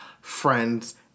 friends